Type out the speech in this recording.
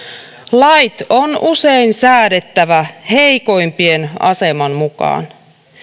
lait on usein säädettävä heikoimpien aseman mukaan